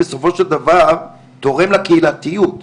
בסופו של דבר תורם לקהילתיות.